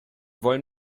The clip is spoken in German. wollen